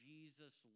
Jesus